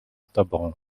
tobą